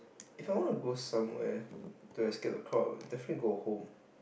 if I want to go somewhere to escape the crowd definitely go home